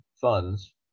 funds